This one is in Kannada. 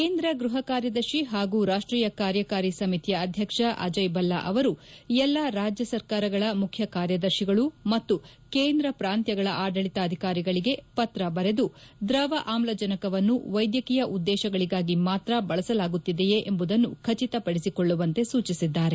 ಕೇಂದ್ರ ಗ್ಬಹ ಕಾರ್ಯದರ್ಶಿ ಹಾಗೂ ರಾಷ್ಟೀಯ ಕಾರ್ಯಕಾರಿ ಸಮಿತಿಯ ಅಧ್ಯಕ್ಷ ಅಜಯ್ ಭಲ್ಲಾ ಅವರು ಎಲ್ಲ ರಾಜ್ಯ ಸರ್ಕಾರಗಳ ಮುಖ್ಯ ಕಾರ್ಯದರ್ಶಿಗಳು ಮತ್ತು ಕೇಂದ್ರ ಪ್ರಾಂತ್ಯಗಳ ಆದಳಿತಾಧಿಕಾರಿಗಳಿಗೆ ಪತ್ರ ಬರೆದು ದ್ರವ ಆಮ್ಲಜನಕವನ್ನು ವೈದ್ಯಕೀಯ ಉದ್ದೇಶಗಳಿಗಾಗಿ ಮಾತ್ರ ಬಳಸಲಾಗುತ್ತಿದೆಯೇ ಎಂಬುದನ್ನು ಖಚಿತಪಡಿಸಿಕೊಳ್ಳುವಂತೆ ಸೂಚಿಸಿದ್ದಾರೆ